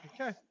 Okay